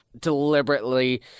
deliberately